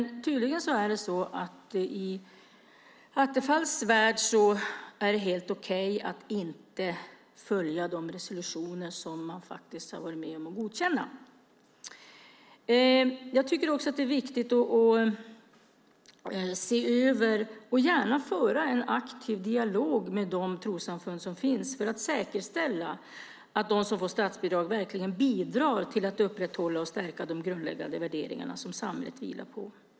Tydligen är det helt okej i Attefalls värld att inte följa de resolutioner som man faktiskt har varit med om att godkänna. Jag tycker också att det är viktigt att se över och gärna föra en aktiv dialog med de trossamfund som finns för att säkerställa att de som får statsbidrag verkligen bidrar till att upprätthålla och stärka de grundläggande värderingar som samhället vilar på.